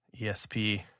ESP